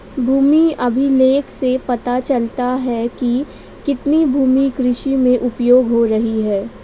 भूमि अभिलेख से पता चलता है कि कितनी भूमि कृषि में उपयोग हो रही है